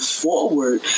forward